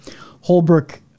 Holbrook